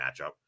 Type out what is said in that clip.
matchup